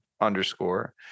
underscore